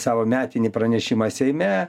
savo metinį pranešimą seime